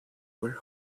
were